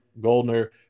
Goldner